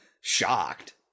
shocked